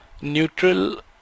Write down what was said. neutral